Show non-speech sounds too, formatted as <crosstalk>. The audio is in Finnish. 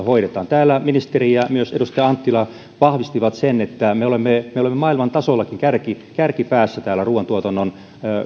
<unintelligible> hoidetaan täällä ministeri ja myös edustaja anttila vahvistivat sen että me olemme maailman tasollakin kärkipäässä kärkipäässä ruuantuotannon